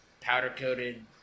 powder-coated